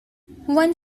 one